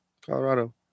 Colorado